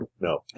No